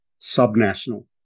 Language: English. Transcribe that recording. subnational